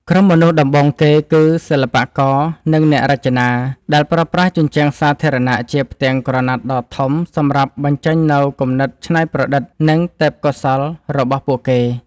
ក្រុមមនុស្សដំបូងគេគឺ សិល្បករ និងអ្នករចនា ដែលប្រើប្រាស់ជញ្ជាំងសាធារណៈជាផ្ទាំងក្រណាត់ដ៏ធំសម្រាប់បញ្ចេញនូវគំនិតច្នៃប្រឌិត និងទេពកោសល្យរបស់ពួកគេ។